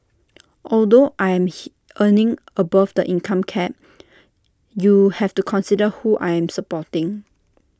although I am earning above the income cap you have to consider who I am supporting